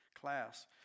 class